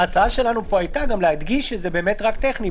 ההצעה שלנו פה הייתה גם להדגיש שזה רק טכני.